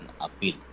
appeal